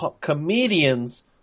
comedians